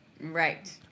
Right